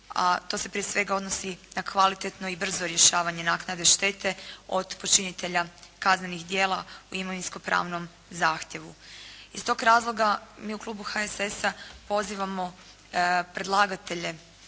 a to se prije svega odnosi na kvalitetno i brzo rješavanje naknade štete od počinitelja kaznenih djela u imovinsko-pravnom zahtjevu. Iz tog razloga mi u Klubu HSS-a pozivamo predlagatelje